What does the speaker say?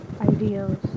ideals